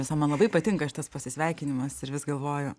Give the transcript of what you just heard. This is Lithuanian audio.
visa man labai patinka šitas pasisveikinimas ir vis galvoju